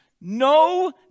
no